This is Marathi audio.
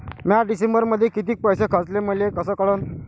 म्या डिसेंबरमध्ये कितीक पैसे खर्चले मले कस कळन?